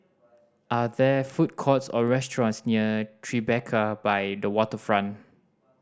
are there food courts or restaurants near Tribeca by the Waterfront